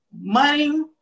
money